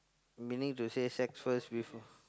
meaning to say sex first before